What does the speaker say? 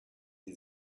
sie